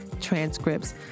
transcripts